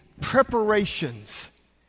preparations